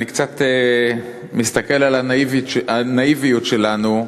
אני מסתכל על הנאיביות שלנו,